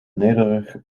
nederig